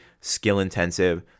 skill-intensive